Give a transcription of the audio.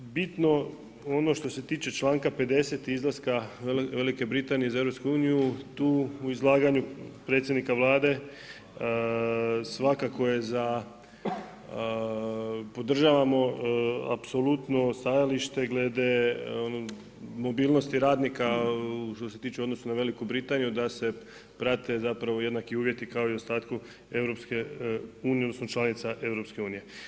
Bitno, ono što se tiče članaka 50. i izlaska Velike Britanije za EU, tu u izlaganju Predsjednika Vlade, svakako je za podržavamo, apsolutno stajalište glede mobilnosti radnika, što se tiče u odnosu na Veliku Britaniju, da se prate jednaki uvjeti kao i u startu EU, odnosno članica EU.